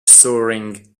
soaring